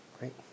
Great